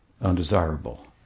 undesirable